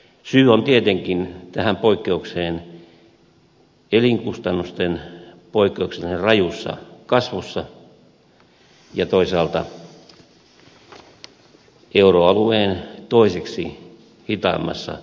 syy tietenkin tähän poikkeukseen on elinkustannusten poikkeuksellisen rajussa kasvussa ja toisaalta euroalueen toiseksi hitaimmassa palkkakehityksessämme